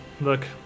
look